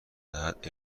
دهد